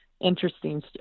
interesting